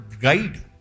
guide